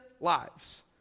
lives